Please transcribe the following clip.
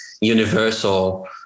universal